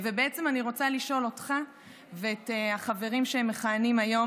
בעצם אני רוצה לשאול אותך ואת החברים שמכהנים היום